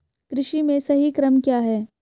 कृषि में सही क्रम क्या है?